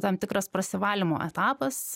tam tikras prasivalymo etapas